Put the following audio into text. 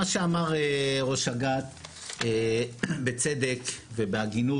מה שאמר ראש אג"ת בצדק ובהגינות,